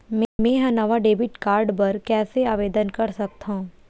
मेंहा नवा debit card बर कैसे आवेदन कर सकथव?